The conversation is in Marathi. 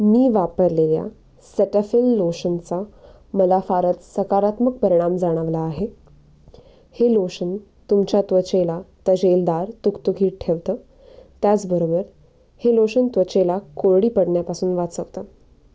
मी वापरलेल्या सेटॅफिल लोशनचा मला फारच सकारात्मक परिणाम जाणवला आहे हे लोशन तुमच्या त्वचेला तजेलदार तुकतुकीत ठेवतं त्याचबरोबर हे लोशन त्वचेला कोरडी पडण्यापासून वाचवतं